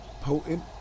potent